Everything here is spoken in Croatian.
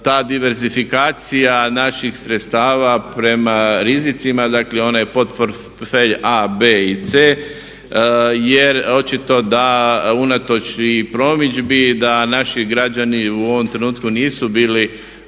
ta diversifikacija naših sredstava prema rizicima. Dakle, onaj portfelj A, B i C. Jer očito da unatoč i promidžbi da naši građani u ovom trenutku nisu bili